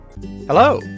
hello